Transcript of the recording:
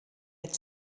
had